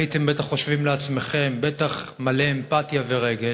הייתם בטח חושבים לעצמכם שהוא בטח מלא אמפתיה ורגש.